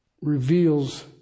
reveals